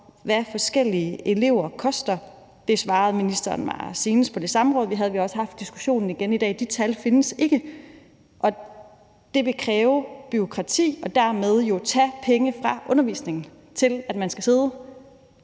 hvad forskellige elever koster. Det svarede ministeren mig senest på det samråd, vi havde, og vi har også haft diskussionen igen i dag. De tal findes ikke, og det vil kræve bureaukrati og dermed jo tage penge fra undervisningen, som vil gå til, at man skal sidde